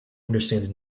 understands